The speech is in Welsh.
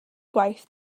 gwaith